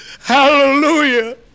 Hallelujah